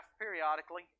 periodically